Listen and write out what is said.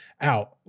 out